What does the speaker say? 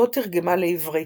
אותו תרגמה לעברית,